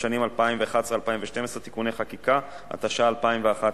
לשנים 2011 ו-2012 (תיקוני חקיקה), התשע"א 2011,